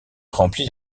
remplit